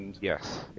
Yes